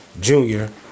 Junior